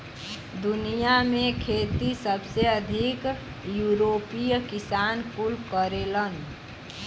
दुनिया में खेती सबसे अधिक यूरोपीय किसान कुल करेलन